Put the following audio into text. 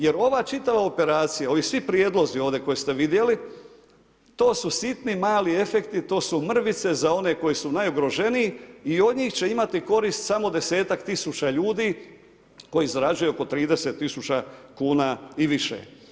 Jer ova čitava operacija, ovi svi prijedlozi ovdje koje ste vidjeli, to su sitni mali efekti, to su mrvice za one koji su najugroženiji i od njih će imati korist samo desetak tisuća ljudi koji zarađuju oko 30 tisuća kuna i više.